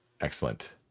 Excellent